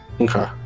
Okay